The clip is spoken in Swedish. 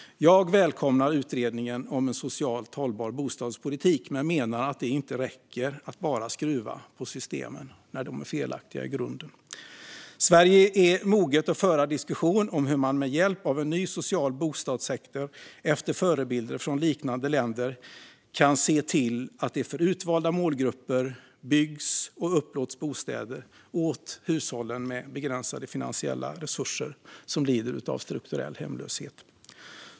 Jag välkomnar utredningen om en socialt hållbar bostadspolitik men menar att det inte räcker att bara skruva på systemen när de är felaktiga i grunden. Sverige är moget att föra en diskussion om hur man med hjälp av en ny social bostadssektor, efter förebilder från liknande länder, kan se till att det för utvalda målgrupper byggs och upplåts bostäder. Det handlar om hushåll med begränsade finansiella resurser som lider av strukturell hemlöshet.